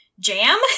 jam